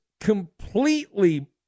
completely